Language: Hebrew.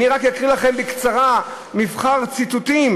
אני רק אקריא לכם בקצרה מבחר ציטוטים